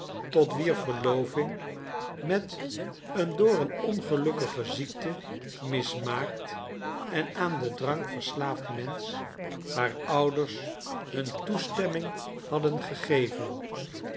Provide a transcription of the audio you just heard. tot wier verloving met een door een ongelukkige ziekte mismaakt en aan den drank verslaafd mensch haar ouders hun toestemming hadden gegeven